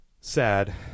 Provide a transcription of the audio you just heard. sad